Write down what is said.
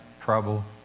trouble